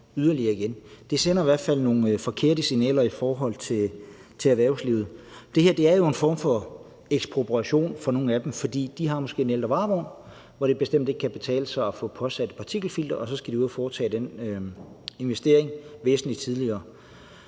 Det sender i hvert fald nogle forkerte signaler i forhold til erhvervslivet. Det her er jo en form for ekspropriation for nogle af dem, for de har måske en ældre varevogn, hvor det bestemt ikke kan betale sig at få påsat et partikelfilter, og så skal de ud at foretage den investering væsentlig tidligere.